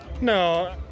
No